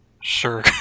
Sure